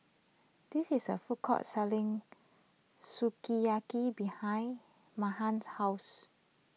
there is a food court selling Sukiyaki behind Meghann's house